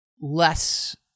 less